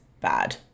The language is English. bad